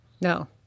No